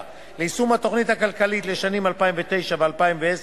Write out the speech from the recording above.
ליישום התוכנית הכלכלית לשנים 2009 ו-2010),